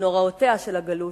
לנוראותיה של הגלות,